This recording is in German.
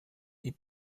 die